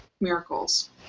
miracles